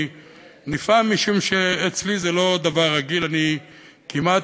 אני נפעם, משום שאצלי זה לא דבר רגיל, אני כמעט